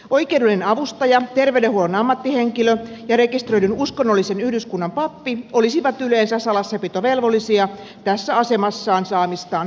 oikeudellinen avustaja terveydenhuollon ammattihenkilö ja rekisteröidyn uskonnollisen yhdyskunnan pappi olisivat yleensä salassapitovelvollisia tässä asemassaan saamistaan tiedoista